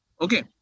Okay